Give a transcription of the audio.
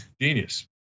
genius